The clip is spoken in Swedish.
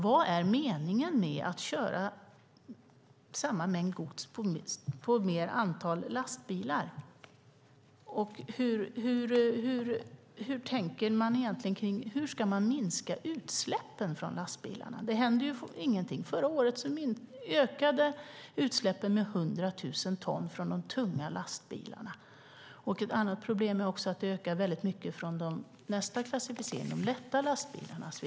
Vad är meningen med att köra samma mängd gods på ett större antal lastbilar? Hur ska man minska utsläppen från lastbilarna? Det händer ju ingenting. Förra året ökade utsläppen från de tunga lastbilarna med 100 000 ton. Ett annat problem är att utsläppen från de lätta lastbilarna ökar mycket.